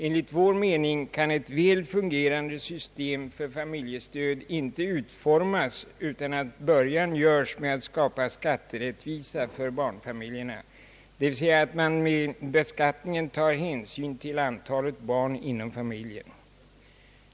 Enligt vår mening kan ett väl fungerande system för: familjestöd inte utformas utan att början görs med att skapa skatterättvisa för barnfamiljerna, dvs. att man vid beskattningen tar hänsyn till antalet barn inom familjen.